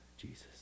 Jesus